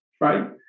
right